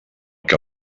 que